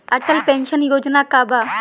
Atal pension योजना का बा?